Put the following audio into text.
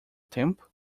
tempo